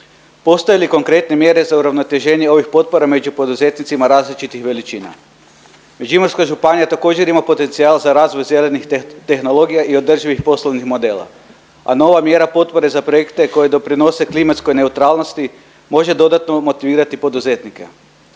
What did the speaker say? Postoje li konkretne mjere za uravnoteženje ovih potpora među poduzetnicima različitih veličina? Međimurska županija također ima potencijal za razvoj zelenih tehnologija i održivih poslovnih modela, a nova mjera potpore za projekte koji doprinose klimatskoj neutralnosti može dodatno motivirati poduzetnike.